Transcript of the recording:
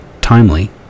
timely